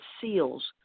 seals